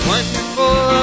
Wonderful